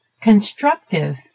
Constructive